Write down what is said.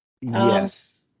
Yes